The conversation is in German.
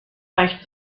reicht